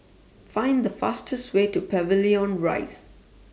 Find The fastest Way to Pavilion Rise